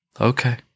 Okay